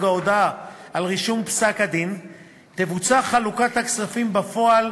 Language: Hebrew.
ההודעה על רישום פסק-הדין תבוצע חלוקת הכספים בפועל